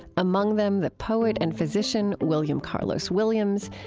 among them the poet and physician william carlos williams,